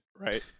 right